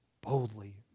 boldly